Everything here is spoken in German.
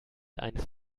eines